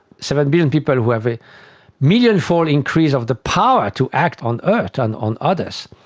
seven billion people who have a million-fold increase of the power to act on earth, on on others,